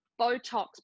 Botox